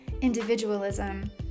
individualism